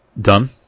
done